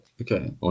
Okay